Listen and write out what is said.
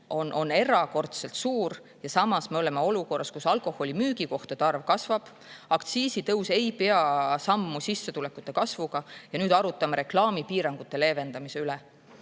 on erakordselt suur ja samas oleme olukorras, kus alkoholi müügikohtade arv kasvab, aktsiisitõus ei pea sammu sissetulekute kasvuga, aga nüüd arutame reklaamipiirangute leevendamise üle.